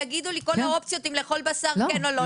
יגידו לי מה כל האופציות אם לאכול בשר כן או לא.